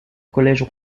collège